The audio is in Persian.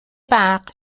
برق